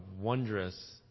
wondrous